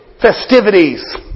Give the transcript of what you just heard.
festivities